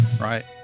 right